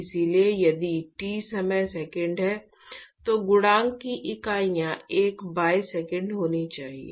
इसलिए यदि t समय सेकंड है तो गुणांक की इकाइयाँ एक बाय सेकंड होनी चाहिए